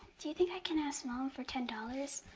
do you think i can ask mom for ten dollars?